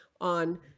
on